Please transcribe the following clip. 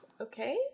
Okay